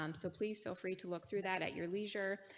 um so please feel free to look through that at your leisure.